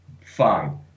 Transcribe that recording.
fine